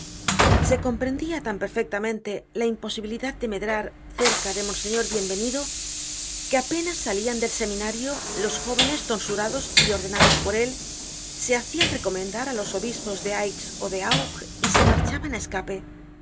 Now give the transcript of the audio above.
se comprendia tan perfectamente la imposibilidad de medrar cerca do monseñor bienvenido que apenas salían del seminario los jóvenes tonsurados y ordenados por él se hacian recomendar á los obispos de aix ó de auch y se marchaban á escape porque